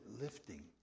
lifting